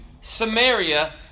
Samaria